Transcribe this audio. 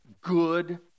good